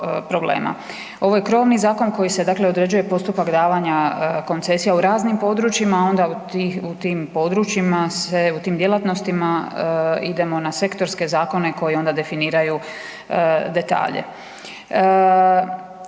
Ovo je krovni zakon koji se dakle određuje postupak davanja koncesija u raznim područjima a onda u tim područjima se, u tim djelatnostima idemo na sektorske zakone koji onda definiraju detalje.